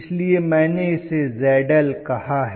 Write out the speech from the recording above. इसलिए मैंने इसे ZL कहा है